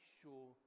sure